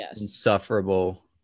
insufferable